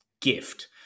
gift